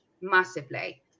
massively